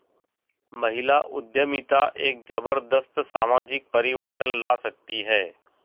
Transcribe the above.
महिला उद्यमिता एक जबरदस्त सामाजिक परिवर्तन ला सकती है